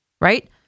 Right